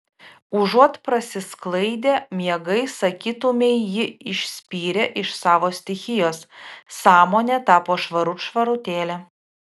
užuot prasisklaidę miegai sakytumei jį išspyrė iš savo stichijos sąmonė tapo švarut švarutėlė